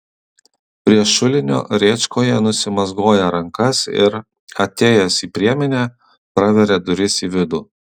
prie šulinio rėčkoje nusimazgoja rankas ir atėjęs į priemenę praveria duris į vidų